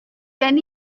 gen